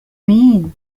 mean